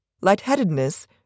lightheadedness